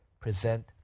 Present